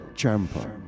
Champa